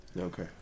Okay